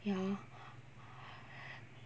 ya